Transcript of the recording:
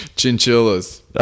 chinchillas